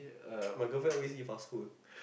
my girlfriend always eat fast food